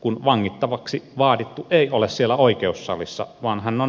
kun vangittavaksi vaadittu ei ole siellä oikeussalissa vaan hän on karkuteillä